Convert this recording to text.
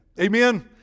Amen